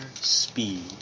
speed